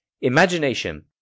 Imagination